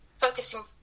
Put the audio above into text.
focusing